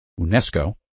UNESCO